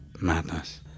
Madness